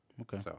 Okay